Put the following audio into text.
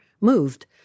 moved